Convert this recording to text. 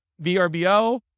VRBO